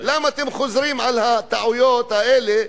למה אתם חוזרים על הטעויות האלה,